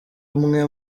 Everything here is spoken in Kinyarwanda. umwe